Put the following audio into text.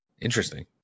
Interesting